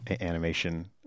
animation